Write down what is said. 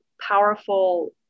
powerful